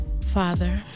Father